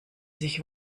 sich